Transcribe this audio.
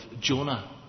Jonah